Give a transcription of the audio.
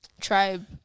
tribe